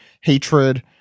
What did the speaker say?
hatred